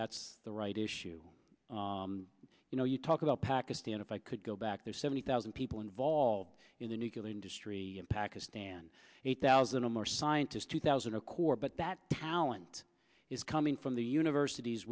that's the right issue you know you talk about pakistan if i could go back there seventy thousand people involved in the nucular industry in pakistan a thousand or more scientists two thousand a core but that talent is coming from the universities